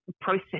process